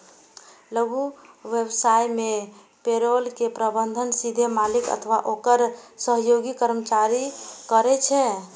लघु व्यवसाय मे पेरोल के प्रबंधन सीधे मालिक अथवा ओकर सहयोगी कर्मचारी करै छै